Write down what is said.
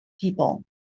people